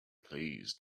please